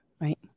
right